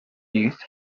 used